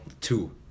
Two